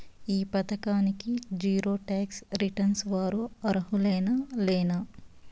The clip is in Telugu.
ఈ పథకానికి జీరో టాక్స్ రిటర్న్స్ వారు అర్హులేనా లేనా?